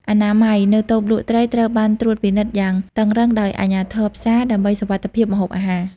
អនាម័យ នៅតូបលក់ត្រីត្រូវបានត្រួតពិនិត្យយ៉ាងតឹងរ៉ឹងដោយអាជ្ញាធរផ្សារដើម្បីសុវត្ថិភាពម្ហូបអាហារ។